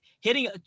Hitting